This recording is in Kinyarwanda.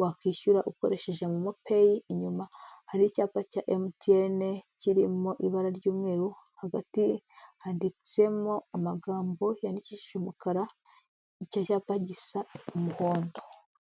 wakwishyura ukoresheje mu momopeyi, inyuma hari icyapa cya MTN, kirimo ibara ry'umweru, hagati handitsemo amagambo yandikishije umukara icyo cyapa gisa umuhondo.